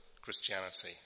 Christianity